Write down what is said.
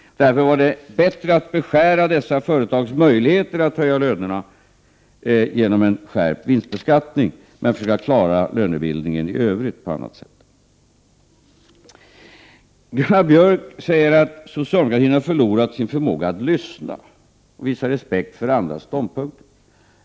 Därför vore det bättre att beskära dessa företags möjligheter att höja lönerna genom en skärpt vinstbeskattning och att försöka klara lönebildningen i övrigt på annat sätt. Gunnar Björk säger att socialdemokratin har förlorat sin förmåga att lyssna och visa respekt för andras ståndpunkter.